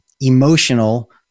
emotional